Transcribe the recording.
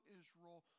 israel